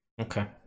Okay